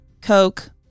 coke